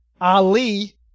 Ali